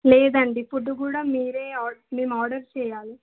లేదండి ఫుడ్ కూడా మీరే ఆర్డ మేము ఆర్డర్ చెయ్యాలి